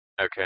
Okay